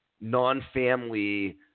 non-family